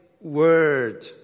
word